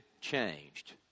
changed